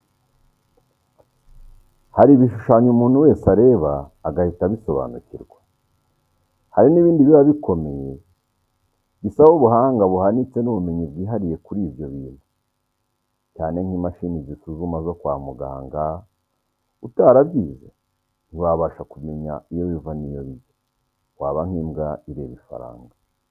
Hari ibishushanyo umuntu wese areba agahita abisobanukirwa, hari n'ibindi biba bikomeye bisaba ubuhanga buhanitse n'ubumenyi bwihariye kuri ibyo bintu, cyane nk'imashini zisuzuma zo kwa muganga; utarabyize ntiwabasha kumenya iyo biva n'iyo bijya, waba nk'imbwa ireba ifaranga.